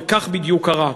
וכך בדיוק קרה.